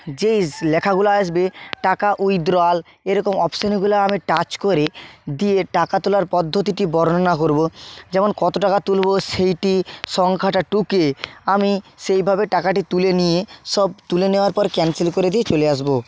যেইস লেখাগুলো আসবে টাকা উইথড্রল এরকম অপশনগুলা আমি টাচ করে দিয়ে টাকা তোলার পদ্ধতিটি বর্ণনা করব যেমন কত টাকা তুলব সেইটি সংখ্যাটা টুকে আমি সেইভাবে টাকাটি তুলে নিয়ে সব তুলে নেওয়ার পর ক্যান্সেল করে দিয়ে চলে আসব